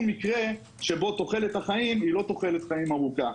מקרה שבו תוחלת החיים היא לא תוחלת חיים ארוכה.